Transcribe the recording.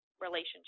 relationship